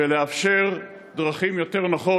לאפשר דרכים נוחות יותר,